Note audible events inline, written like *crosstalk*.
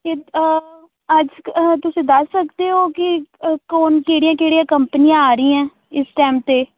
*unintelligible* ਅੱਜ ਤੁਸੀਂ ਦੱਸ ਸਕਦੇ ਹੋ ਕਿ ਕੋਣ ਕਿਹੜੀਆਂ ਕਿਹੜੀਆਂ ਕੰਪਨੀਆਂ ਆ ਰਹੀਆਂ ਇਸ ਟਾਈਮ 'ਤੇ